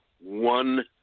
one